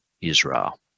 Israel